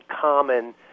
common